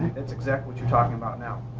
that's exactly what you're talking about now.